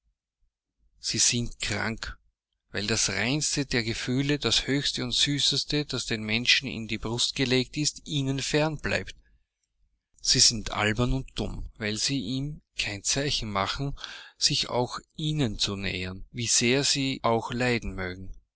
sie sind krank weil das reinste der gefühle das höchste und süßeste das dem menschen in die brust gelegt ist ihnen fern bleibt sie sind albern und dumm weil sie ihm kein zeichen machen sich auch ihnen zu nähern wie sehr sie auch leiden mögen